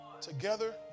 together